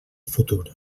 futur